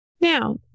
Now